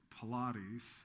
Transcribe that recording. Pilates